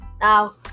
Now